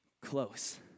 close